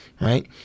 right